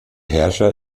herrscher